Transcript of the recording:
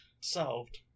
Solved